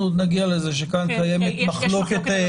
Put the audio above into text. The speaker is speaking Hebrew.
אנחנו נגיע לזה שכאן קיימת מחלוקת,